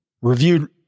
reviewed